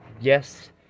yes